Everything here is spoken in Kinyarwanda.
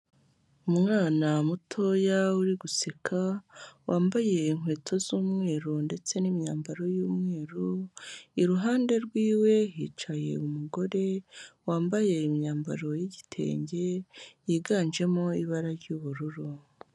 Umwana mutoya uri guseka, wambaye inkweto z'umweru ndetse n'imyambaro y'umweru, iruhande rwiwe hicaye umugore, wambaye imyambaro y'igitenge, yiganjemo ibara ry'ubururu.